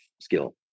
skill